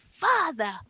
Father